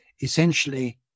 essentially